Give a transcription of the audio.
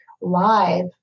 live